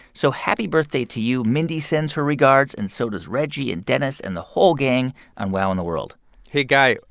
so happy birthday to you. mindy sends her regards, and so does reggie and dennis and the whole gang on wow in the world hey, guy,